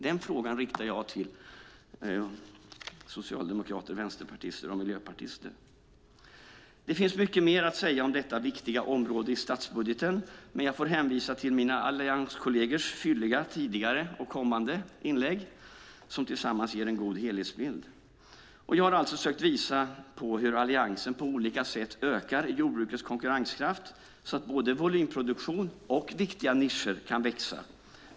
Den frågan riktar jag till socialdemokrater, vänsterpartister och miljöpartister. Det finns mycket mer att säga om detta viktiga område i statsbudgeten. Men jag får hänvisa till mina allianskollegers fylliga tidigare och kommande inlägg, som tillsammans ger en god helhetsbild. Jag har sökt att visa hur Alliansen på olika sätt ökar jordbrukets konkurrenskraft så att både volymproduktion och viktiga nischer kan växa.